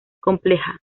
compleja